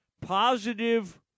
positive